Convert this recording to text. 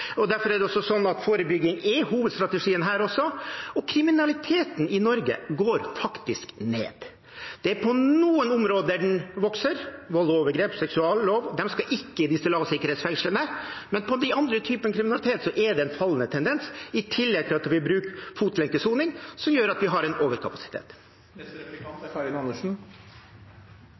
fengsel. Derfor er forebygging hovedstrategien også her. Og kriminaliteten i Norge går faktisk ned. Den vokser på noen områder – vold og overgrep, seksuallovbrudd. De skal ikke i lavsikkerhetsfengslene. Men på de andre typene kriminalitet er det en fallende tendens, i tillegg til at vi bruker fotlenkesoning, som gjør at vi har en overkapasitet. Når statsråden snakker, kan det høres ut som om flyktningkrisen i verden er